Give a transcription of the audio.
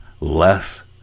less